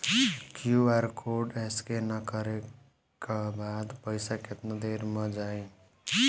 QR code scan न करे क बाद पइसा केतना देर म जाई?